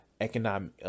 economic